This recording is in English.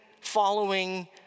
following